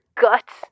guts